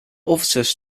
officers